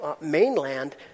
mainland